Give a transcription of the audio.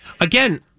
Again